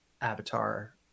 Avatar